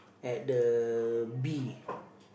at the bee